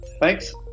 Thanks